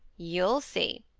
you'll see,